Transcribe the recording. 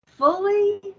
Fully